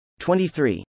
23